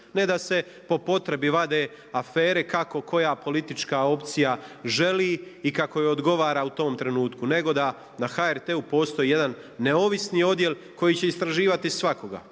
Ne da se po potrebi vade afere kako koja politička opcija želi i kako joj odgovara u tom trenutku, nego da na HRT-u postoji jedan neovisni odjel koji će istraživati svakoga,